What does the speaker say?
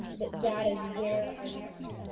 um that that is where our next,